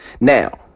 Now